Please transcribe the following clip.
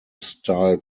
style